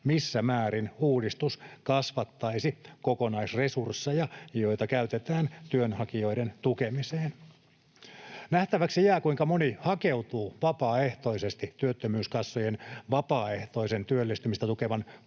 missä määrin uudistus kasvattaisi kokonaisresursseja, joita käytetään työnhakijoiden tukemiseen. Nähtäväksi jää, kuinka moni hakeutuu vapaaehtoisesti työttömyyskassojen vapaaehtoisen työllistymistä tukevan palvelun